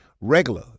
regular